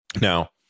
Now